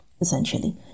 essentially